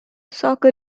soccer